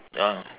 ya